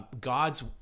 God's